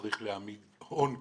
צריך להעמיד הון גברתי.